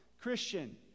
Christian